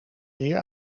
zeer